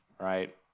Right